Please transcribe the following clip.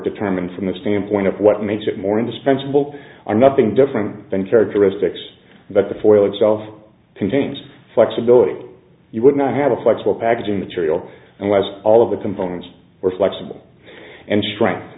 determined from the standpoint of what makes it more indispensable are nothing different than characteristics but the foil itself contains flexibility you would not have a flexible packaging material and was all of the components were flexible and strength